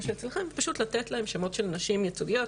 פשוט לתת להם שמות של נשים ייצוגיות,